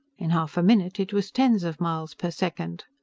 in half a minute it was tens of miles per second.